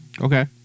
Okay